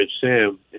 Sam